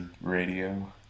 Radio